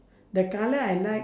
the colour I like